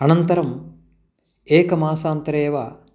अनन्तरम् एकमासान्तरेव